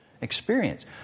experience